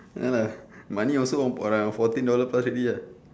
ya lah money also um around fourteen dollar plus already ah